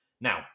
Now